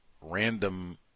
random